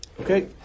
Okay